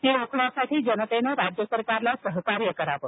ती रोखण्यासाठी जनतेनं राज्य सरकारला सहकार्य करावं